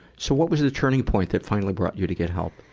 so what was the turning point that finally brought you to get help?